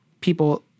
People